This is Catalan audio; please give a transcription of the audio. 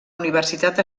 universitat